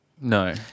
no